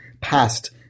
past